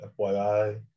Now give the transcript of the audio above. FYI